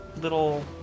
little